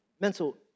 mental